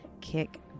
kick